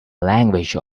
language